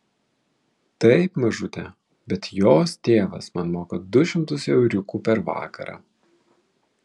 taip mažute bet jos tėvas man moka du šimtus euriukų per vakarą